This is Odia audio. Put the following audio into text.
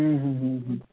ହୁଁ ହୁଁ ହୁଁ ହୁଁ